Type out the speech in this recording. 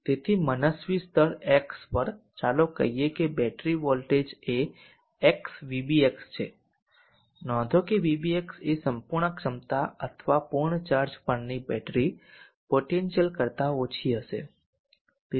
તેથી મનસ્વી સ્તર x પર ચાલો કહીએ કે બેટરી વોલ્ટેજ એ x vbx છે નોંધો કે vbx એ સંપૂર્ણ ક્ષમતા અથવા પૂર્ણ ચાર્જ પરની બેટરી પોટેન્શિયલ કરતા ઓછી હશે